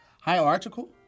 Hierarchical